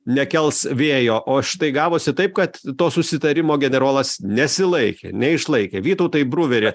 nekels vėjo o štai gavosi taip kad to susitarimo generolas nesilaikė neišlaikė vytautai bruveri